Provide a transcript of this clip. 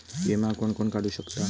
विमा कोण कोण काढू शकता?